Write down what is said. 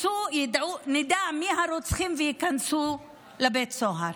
שנדע מי הרוצחים, ושהם ייכנסו לבית סוהר.